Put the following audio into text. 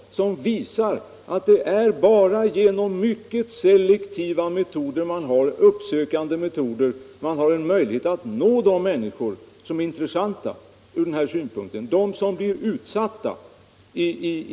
Dessa rapporter visar att det bara är genom mycket selektiva och uppsökande metoder som man har möjlighet att nå de människor som är intressanta ur denna synpunkt och som i egentlig mening blir utsatta.